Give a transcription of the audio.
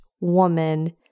woman